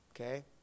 Okay